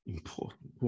Important